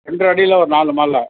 ரெண்டர அடியில ஒரு நாலு மாலை